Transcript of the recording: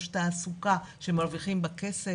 יש תעסוקה שמרוויחים בה כסף.